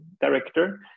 director